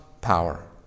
power